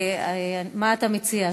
מה אתה מציע,